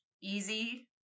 easy